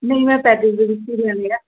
ਨਹੀਂ ਮੈਂ ਪੈਕਿਜ ਦੇ ਵਿੱਚ ਹੀ ਗਿਣ ਲਿਆ